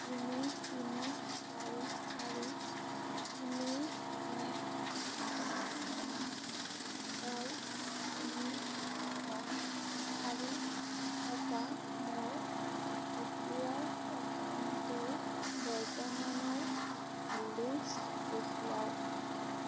তিনি তিনি চাৰি চাৰি তিনি এক আঠ আঠ ছয় তিনি ন চাৰি থকা মোৰ এ পি ৱাই একাউণ্টটোৰ বৰ্তমানৰ হোল্ডিংছ দেখুৱাওক